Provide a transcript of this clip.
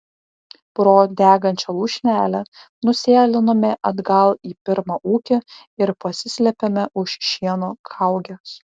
pro degančią lūšnelę nusėlinome atgal į pirmą ūkį ir pasislėpėme už šieno kaugės